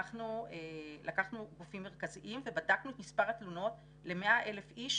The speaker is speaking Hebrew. אנחנו לקחנו גופים מרכזיים ובדקנו את מספר התלונות ל-100,000 אנשים